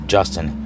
Justin